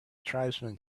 tribesman